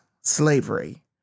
slavery